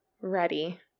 ready